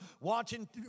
watching